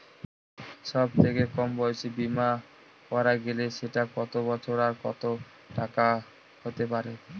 সব থেকে কম সময়ের বীমা করা গেলে সেটা কত বছর আর কত টাকার হতে পারে?